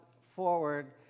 forward